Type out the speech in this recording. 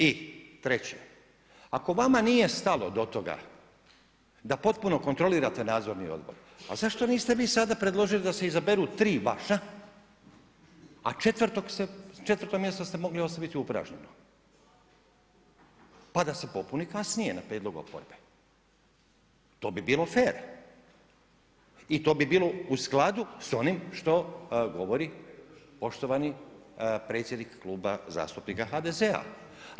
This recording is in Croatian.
I treće, ako vama nije stalo do toga da potpuno kontrolirate nadzorni odbor, pa zašto niste vi sada predložili da se izaberu tri vaša, a četvrto mjesto ste mogli ostaviti upražnjeno pa da se popuni kasnije na prijedlog oporbe, to bi bilo fer i to bi bilo u skladu s onim što govori poštovani predsjednik Kluba zastupnika HDZ-a.